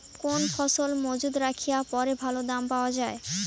কোন ফসল মুজুত রাখিয়া পরে ভালো দাম পাওয়া যায়?